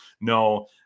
No